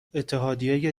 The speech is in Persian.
اتحادیه